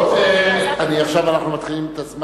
לא לפרשן אותי,